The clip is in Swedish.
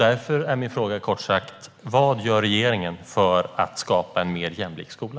Därför undrar jag vad regeringen gör för att skapa en mer jämlik skola.